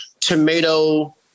tomato